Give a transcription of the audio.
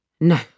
No